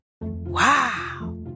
Wow